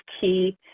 key